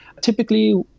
typically